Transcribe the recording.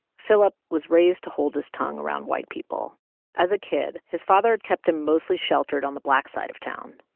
philip was raised to hold his tongue around white people as a kid, his father kept him mostly sheltered on the black side of town.